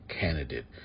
candidate